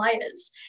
layers